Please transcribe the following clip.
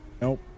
Nope